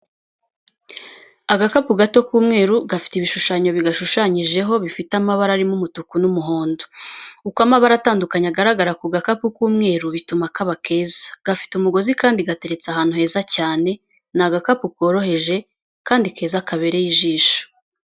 Agakapu gato k'umweru gafite ibishushanyo bigashushanyijeho, bifite amabara, arimo umutuku n'umuhondo. Uko amabara atandukanye agaragara ku gakapu k'umweru bituma kaba keza. Gafite umugozi kandi gateretse ahantu heza cyane. Ni agakapu koroheje kandi keza kabereye ijisho.